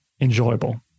enjoyable